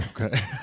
Okay